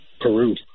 Peru